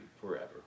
forever